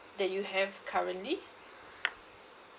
that you have currently